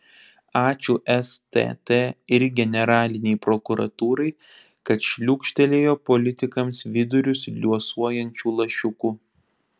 ačiū stt ir generalinei prokuratūrai kad šliūkštelėjo politikams vidurius liuosuojančių lašiukų